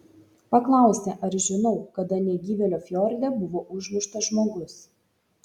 paklausė ar žinau kada negyvėlio fjorde buvo užmuštas žmogus